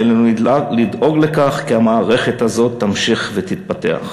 עלינו לדאוג לכך כי המערכת הזו תמשיך ותתפתח.